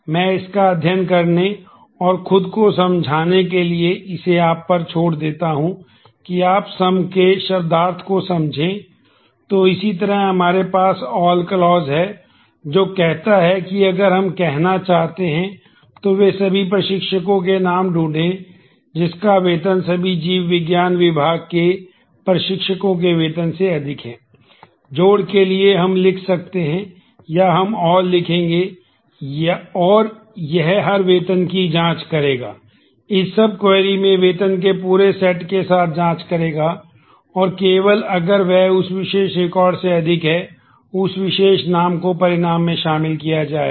मैं इसका अध्ययन करने और खुद को समझाने के लिए इसे आप पर छोड़ देता हूं कि आप सम से अधिक है उस विशेष नाम को परिणाम में शामिल किया जाएगा